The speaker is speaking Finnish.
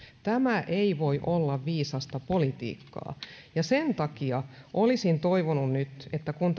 tämä ei voi olla viisasta politiikkaa sen takia olisin nyt toivonut kun